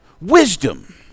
wisdom